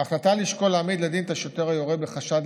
ההחלטה לשקול להעמיד לדין את השוטר היורה בחשד